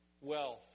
wealth